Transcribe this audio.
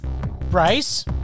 bryce